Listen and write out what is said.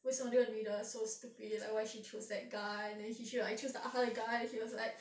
为什么这女的 so stupid like why she chose that guy and then he she should choose the other guy he was like